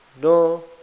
No